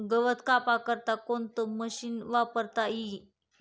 गवत कापा करता कोणतं मशीन वापरता ई?